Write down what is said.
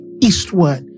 Eastward